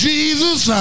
Jesus